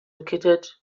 located